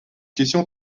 question